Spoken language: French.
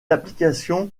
applications